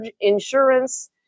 insurance